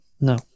No